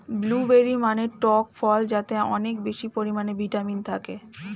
blueberry মানে টক ফল যাতে অনেক বেশি পরিমাণে ভিটামিন থাকে